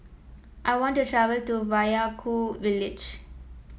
I want to travel to Vaiaku village